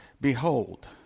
Behold